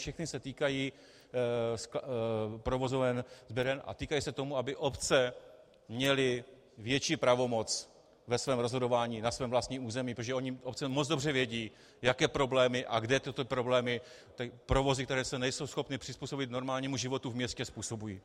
Všechny se týkají provozoven sběren a týkají se toho, aby obce měly větší pravomoc ve svém rozhodování na svém vlastním území, protože ony obce moc dobře vědí, jaké problémy a kde tyto provozy, které se nejsou schopny přizpůsobit normálnímu životu ve městě, způsobují.